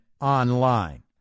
online